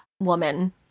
woman